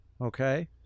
Okay